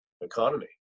economy